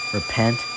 Repent